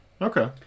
Okay